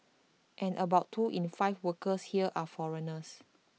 and about two in five workers here are foreigners